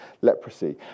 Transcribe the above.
leprosy